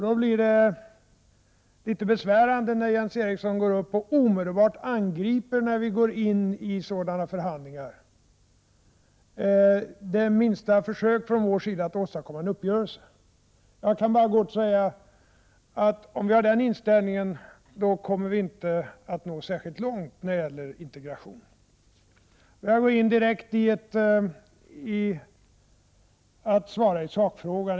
Då blir det litet besvärande när Jens Eriksson omedelbart går till angrepp när vi går in i förhandlingar och gör det minsta försök att åstadkomma en uppgörelse. Jag kan bara kort säga att om vi har den inställningen kommer vi inte att nå särskilt långt när det gäller integration. Jag vill då direkt svara när det gäller sakfrågan.